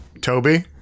Toby